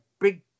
big